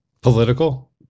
political